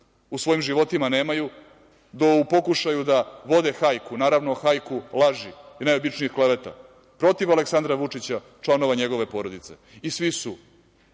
u svojim životima nemaju, do u pokušaju da vode hajku, naravno, hajku laži i najobičnijih kleveta protiv Aleksandra Vučića, članova njegove porodice i svi su